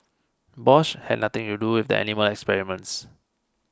Bosch had nothing to do with the animal experiments